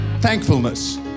thankfulness